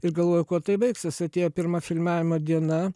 ir galvoju kuo tai baigsis atėjo pirma filmavimo diena